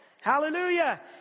Hallelujah